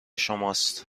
شماست